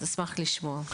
אשמח לשמוע.